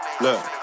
Look